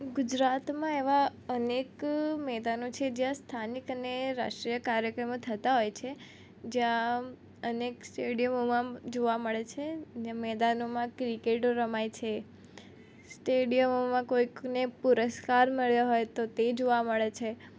ગુજરાતમાં એવાં અનેક મેદાનો છે જ્યાં સ્થાનિક અને રાષ્ટ્રીય કાર્યક્રમો થતા હોય છે જ્યાં અનેક સ્ટેડિયમોમાં જોવા મળે છે ને મેદાનોમાં ક્રિકેટો રમાય છે સ્ટેડિયમોમાં કોઈકને પુરસ્કાર મળ્યો હોય તો તે જોવા મળે છે